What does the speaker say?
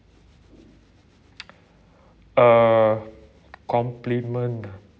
uh compliment ah